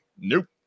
Nope